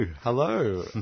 Hello